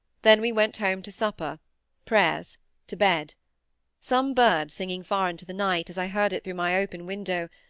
then we went home to supper prayers to bed some bird singing far into the night, as i heard it through my open window,